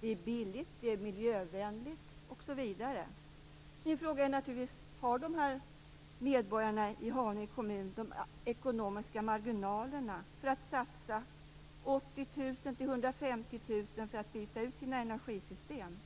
Det är billigt, det är miljövänligt osv. Min fråga är: Har de här medborgarna i Haninge kommun de ekonomiska marginalerna för att satsa 80 000-150 000 kr på att byta ut sina energisystem?